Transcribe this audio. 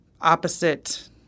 opposite